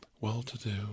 well-to-do